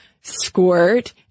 squirt